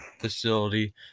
facility